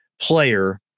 player